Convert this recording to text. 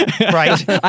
Right